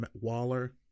Waller